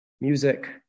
music